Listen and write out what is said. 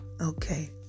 Okay